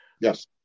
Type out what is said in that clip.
Yes